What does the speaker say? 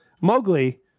Mowgli